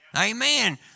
Amen